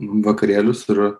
vakarėlius ir